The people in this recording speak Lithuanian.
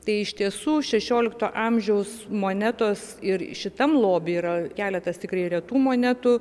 tai iš tiesų šešiolikto amžiaus monetos ir šitam loby yra keletas tikrai retų monetų